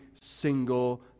single